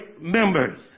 members